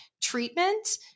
treatment